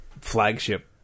flagship